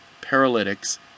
paralytics